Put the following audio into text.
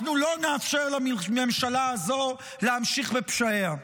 אנחנו לא נאפשר לממשלה הזו להמשיך בפשעיה,